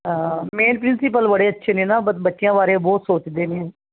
main principal ਬੜੇ ਅੱਛੇ ਨੇ ਨਾ ਬਰ ਬੱਚਿਆਂ ਬਾਰੇ ਬਹੁਤ ਸੋਚਦੇ ਨੇ